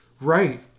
Right